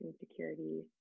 insecurities